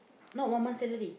not one month salary